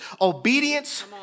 Obedience